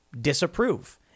disapprove